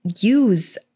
use